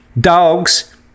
dogs